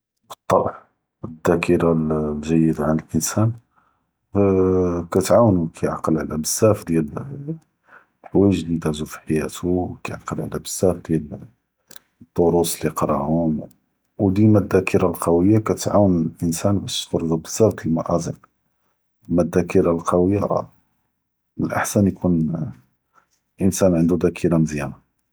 קיטאע، אלדאכרה אלג’ידה ענד לאנסאן אאה כיתעאונו כיעקל עלא בזאף דיאל אלחואיג’ לי דאזו פחיאתו، כיעקל עלא בזאף דיאל אדרוס לי קראهم، ו דימא אלדאכרה אלפוריה כתעאונ לאנסאן באש תפוצ’ו בזאף ד אלמאאזק، אלא אלדאכרה אלקויה, מן אלאחסן יכון לאנסאן ענדו.